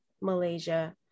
Malaysia